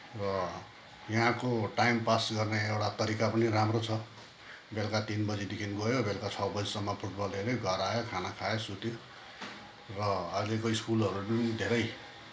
र यहाँको time pass गर्ने एउटा तरिका पनि राम्रो छ बेलुका तिन बजीदेखि गयो बेलुका आठ बजीसम्म फुटबल हेऱ्यो घर आयो खाना खायो सुत्यो र अहिलेको स्कुलहरूले पनि धेरै